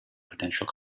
potential